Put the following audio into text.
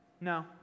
No